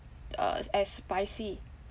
uh s~ as spicy